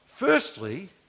Firstly